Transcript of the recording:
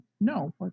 no